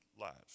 lives